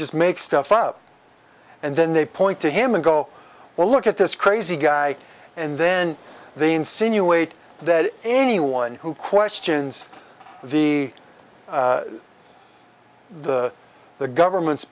just make stuff up and then they point to him and go wow look at this crazy guy and then they insinuate that anyone who questions the the government's